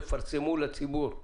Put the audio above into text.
תפרסמו לציבור.